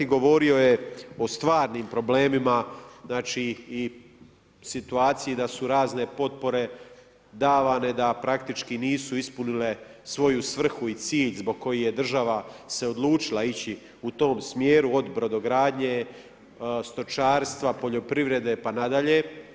Govorio je o stvarnim problemima i situaciji da su razne potpore davane, da praktički nisu ispunile svoju svrhu i cilj zbog kojih je država se odlučila ići u tom smjeru od brodogradnje, stočarstva, poljoprivrede pa nadalje.